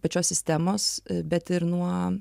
pačios sistemos bet ir nuo